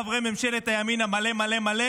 חברי ממשלת הימין המלא-מלא-מלא,